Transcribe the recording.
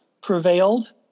prevailed